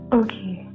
okay